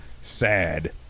sad